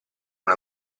una